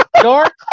Dark